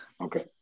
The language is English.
Okay